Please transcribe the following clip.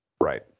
Right